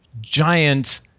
giant –